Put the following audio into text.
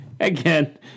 Again